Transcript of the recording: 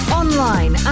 online